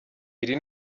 iri